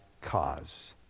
cause